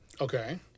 Okay